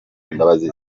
imbabazi